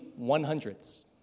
100s